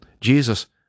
Jesus